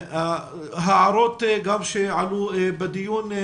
בהמשך להערות שעלו בדיון.